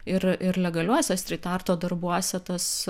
ir ir legaliuose stryt arto darbuose tas